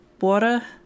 water